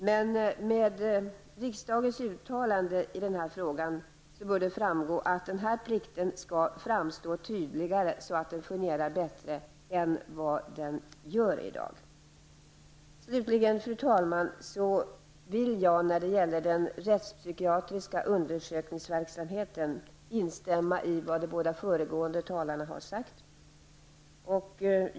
Genom riksdagens uttalande i denna fråga bör det framgå att plikten bör framstå tydligare så att den kan fungera bättre än den gör i dag. Fru talman! När det gäller den rättspsykiatriska undersökningsverksamheten kan jag instämma i vad de båda föregående talarna har sagt.